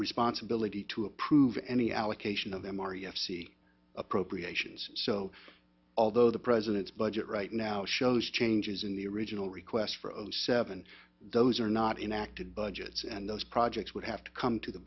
responsibility to approve any allocation of them are u f c appropriations so although the president's budget right now shows changes in the original request for zero seven those are not inactive budgets and those projects would have to come to the